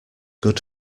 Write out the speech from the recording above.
good